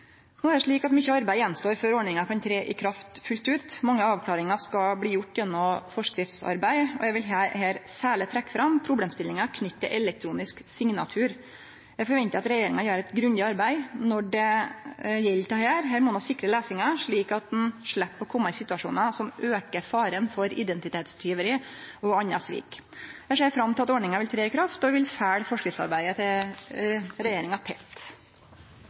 No er det slik at mykje arbeid står igjen før ordninga kan tre i kraft fullt ut. Mange avklaringar skal bli gjorde gjennom forskriftsarbeid, og eg vil her særleg trekkje fram problemstillinga knytt til elektronisk signatur. Eg forventar at regjeringa gjer eit grundig arbeid når det gjeld dette. Her må ein sikre lesinga, slik at ein slepp å kome i situasjonar som aukar faren for identitetstjuveri og anna svik. Eg ser fram til at ordninga vil tre i kraft, og eg vil følgje forskriftsarbeidet til regjeringa tett.